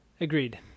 Agreed